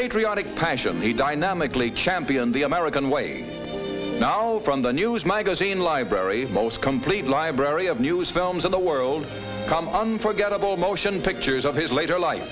patriotic passion he dynamically championed the american way now from the news magazine library most complete library of news films of the world come unforgettable motion pictures of his later li